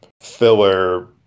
filler